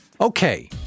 Okay